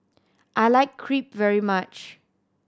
I like Crepe very much